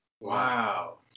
Wow